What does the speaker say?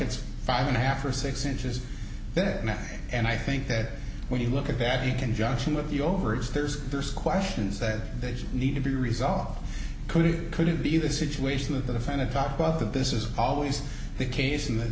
it's five and a half or six inches that night and i think that when you look at that you conjunction with the overage there's there's questions that need to be resolved could it could it be the situation with the kind of talk about that this is always the case in that